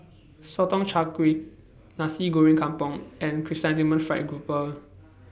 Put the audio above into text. Sotong Char Kway Nasi Goreng Kampung and Chrysanthemum Fried Garoupa